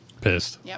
Pissed